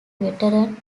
veteran